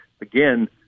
again